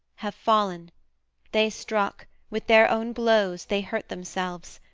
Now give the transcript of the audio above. have fallen they struck with their own blows they hurt themselves,